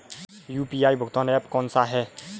UPI भुगतान app कौन सा है?